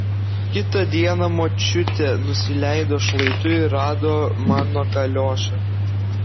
kitą dieną močiutė nusileido šlaitu ir rado mano kaliošą